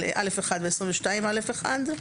18א1 ו-22א1.